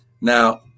now